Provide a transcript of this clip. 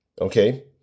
Okay